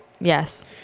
Yes